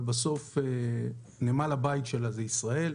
אבל בסופו של דבר נמל הבית שלה זה ישראל.